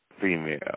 female